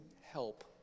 help